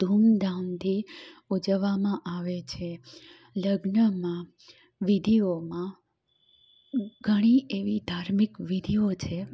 ધૂમ ધામથી ઉજવવામાં આવે છે લગ્નમાં વિધિઓમાં ઘણી એવી ધાર્મિક વિધિઓ છે